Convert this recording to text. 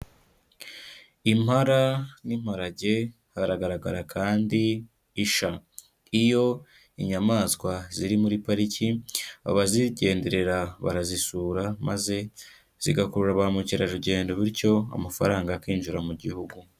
Impara n'imparage, haragaragara kandi isha. Iyo inyamaswa ziri muri pariki, abazigenderera barazisura maze zigakurura bamukerarugendo bityo amafaranga akinjira mu gihugu.